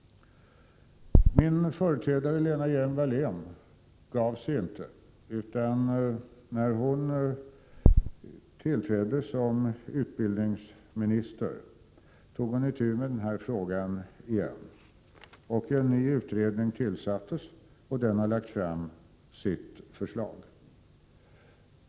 Min företrädare Lena Hjelm-Wallén gav sig inte. När hon tillträdde som utbildningsminister tog hon itu med frågan igen. En ny utredning tillsattes. Den har nu lagt fram sitt förslag.